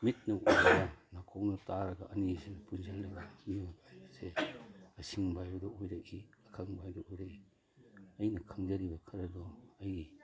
ꯃꯤꯠꯅ ꯎꯔꯒ ꯅꯥꯀꯣꯡꯅ ꯇꯥꯔꯒ ꯑꯅꯤꯁꯦ ꯄꯨꯟꯁꯤꯜꯂꯒ ꯃꯤꯑꯣꯏꯕ ꯍꯥꯏꯕꯁꯦ ꯑꯁꯤꯡꯕ ꯍꯥꯏꯕꯗꯣ ꯑꯣꯏꯔꯛꯏ ꯑꯈꯪꯕ ꯍꯥꯏꯕꯗꯣ ꯑꯣꯏꯔꯛꯏ ꯑꯩꯅ ꯈꯪꯖꯔꯤꯕ ꯈꯔꯗꯣ ꯑꯩꯒꯤ